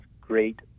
great